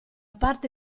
parte